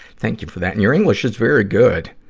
thank you for that. and your english is very good!